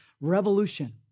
revolution